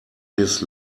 his